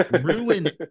ruin